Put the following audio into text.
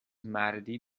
مردی